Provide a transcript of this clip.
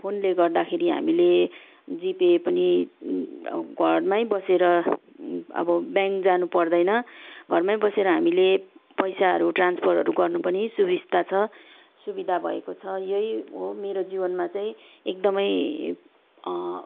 फोनले गर्दाखेरि हामीले जिपे पनि घरमै बसेर अब ब्याङ्क जानु पर्दैन घरमै बसेर हामीले पैसाहरू ट्रान्सफरहरू गर्नु पनि सुविस्ता छ सुविधा भएको छ यही हो मेरो जीवनमा चाहिँ एकदमै